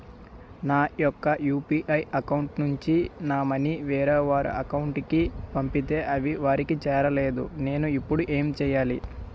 నా యెక్క UPI account నుంచి నా మనీ వేరే వారి అకౌంట్ కు పంపితే అవి వారికి చేరలేదు నేను ఇప్పుడు ఎమ్ చేయాలి?